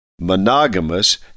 monogamous